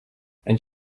and